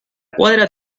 cuadra